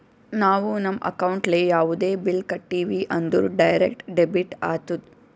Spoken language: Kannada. ನಾವು ನಮ್ ಅಕೌಂಟ್ಲೆ ಯಾವುದೇ ಬಿಲ್ ಕಟ್ಟಿವಿ ಅಂದುರ್ ಡೈರೆಕ್ಟ್ ಡೆಬಿಟ್ ಆತ್ತುದ್